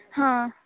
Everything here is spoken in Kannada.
ಹಾಂ